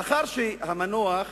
לאחר שהמנוח